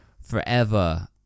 forever